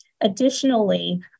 Additionally